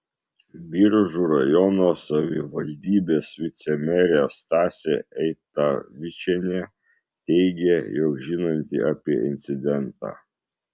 biržų rajono savivaldybės vicemerė stasė eitavičienė teigė jog žinanti apie incidentą